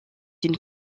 une